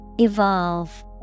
Evolve